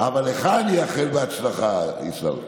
אבל לך אני אאחל בהצלחה, עיסאווי.